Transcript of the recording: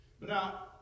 Now